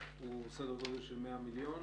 הוא בסדר גודל של 100 מיליון.